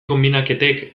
konbinaketek